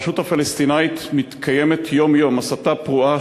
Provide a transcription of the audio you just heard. ברשות הפלסטינית מתקיימת יום-יום הסתה פרועה,